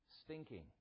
stinking